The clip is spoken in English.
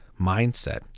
mindset